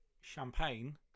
champagne